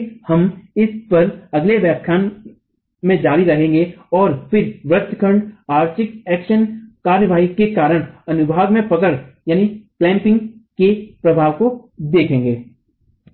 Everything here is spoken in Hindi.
इसलिए हम इस पर अगले व्याख्यान में जारी रहेंगे और फिर वृत्त खंड कार्रवाई के कारण अनुभाग में पकड़ के प्रभाव को देखेंगे